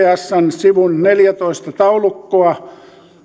sivun neljätoista taulukkoa